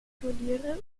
turniere